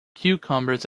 cucumbers